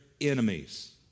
enemies